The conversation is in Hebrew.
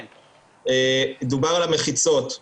דובר על המחיצות.